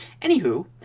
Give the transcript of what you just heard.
Anywho